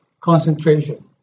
concentration